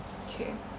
okay